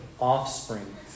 offspring